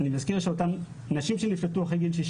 אני מזכיר שלנשים שנפלטו אחרי גיל 60